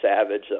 Savage